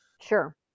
sure